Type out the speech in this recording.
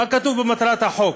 מה כתוב במטרת החוק?